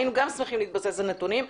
היינו שמחים להתבסס על נתונים.